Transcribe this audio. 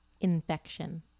Infection